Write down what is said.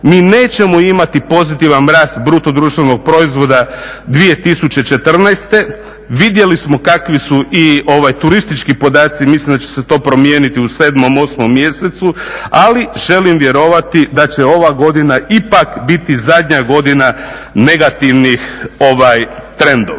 mi nećemo imati pozitivan rast BDP-a 2014., vidjeli smo kakvi su i turistički podaci, mislim da će se to promijeniti 7., 8. mjesecu, ali želim vjerovati da će ova godina ipak biti zadnja godina negativnih trendova.